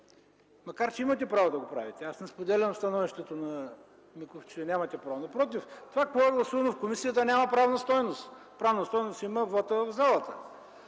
макар че имате право да го направите. Аз не споделям становището на Миков, че нямате право. Напротив, това, което е гласувано в комисията, няма правна стойност. Правна стойност има вотът в залата.